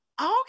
Okay